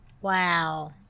Wow